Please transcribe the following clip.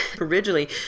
originally